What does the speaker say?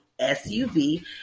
SUV